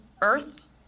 Earth